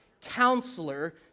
Counselor